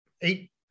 eight